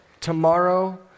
tomorrow